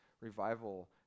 Revival